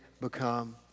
become